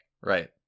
right